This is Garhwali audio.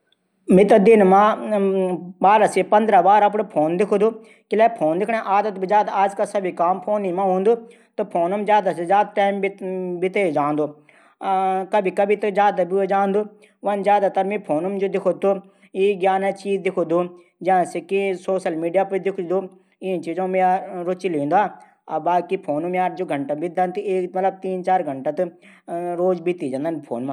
मि त दिन मा बारह से पंद्रह बार फोन दिखुद फोन दिखणा आदत भी ज्यादा चा। सभी काम फोन मा ही हूदूं। फोन मा ज्यादा से ज्यादा टैम बितैई जांदू। फोन मा वन ज्यादा मी ज्ञान चीज दिखूद। ज्यादा सोसल मिडिया दिखुद।